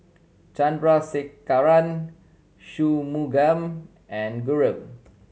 Chandrasekaran Shunmugam and Guru